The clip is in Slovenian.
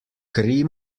kri